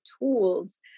tools